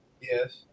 Yes